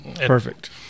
perfect